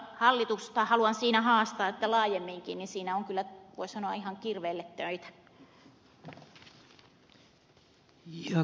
hallitusta haluan siinä haastaa että laajemminkin siinä on kyllä voi sanoa ihan kirveelle töitä